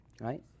Right